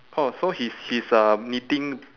oh so he's she's uh knitting